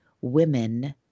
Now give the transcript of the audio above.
women